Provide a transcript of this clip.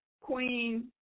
queen